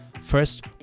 First